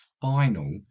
final